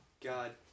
God